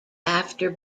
after